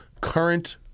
current